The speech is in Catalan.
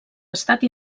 estat